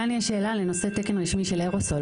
פה יש שאלה לגבי תקן רשמי של ארוסול.